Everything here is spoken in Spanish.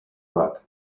road